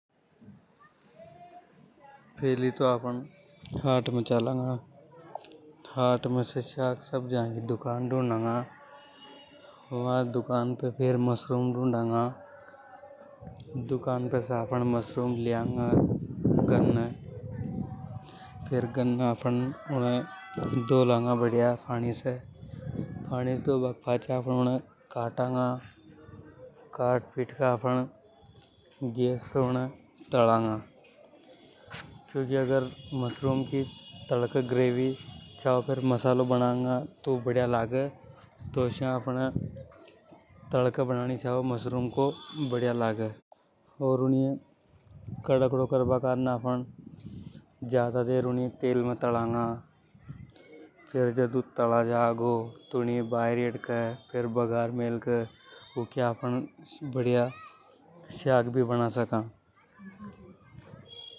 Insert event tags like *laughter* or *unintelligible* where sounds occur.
फैली तो आपन हाट में चलांगा हाट में साग सब्जी की दुकान ढूंढूंगा बा। दुकान पर फेर मशरूम ढूंढनडंगा दुकान पे से आपन मशरूम ले आंगा गन्ने *noise* फेर गन्ने। उने धो लांगा बढ़िया फणी से पानी से धो बा के पचे यूनिय आपन काटांगा काटपीट के गैस धरंगा क्योंकि अगर मशरूम की तल के ग्रेवी छाव मसालों बनाँगा तो ऊ बढ़िया लगे। तो आपने आसा तल के बनानी छावे मशरूम फेर बढ़िया लगे और यूनिय *unintelligible* ज्यादा देर तेल में तलंगा *unintelligible* बगार मेल अपन बढ़िया साग भी बना सका।